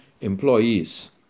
employees